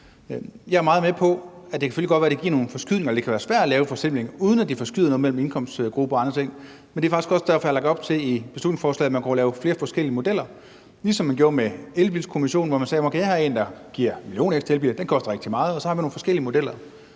nogle forskydninger, eller at det kan være svært at lave en forsimpling, uden at det forskyder noget mellem indkomstgrupper og andre ting, men det er faktisk også derfor, jeg har lagt op til i beslutningsforslaget, at man kunne lave flere forskellige modeller, ligesom man gjorde med elbilkommissionen, hvor man sagde, at her er en model, der giver 1 million ekstra elbiler, og den koster rigtig meget, og så har man nogle forskellige modeller.